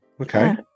okay